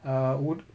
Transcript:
ah ud~